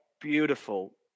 beautiful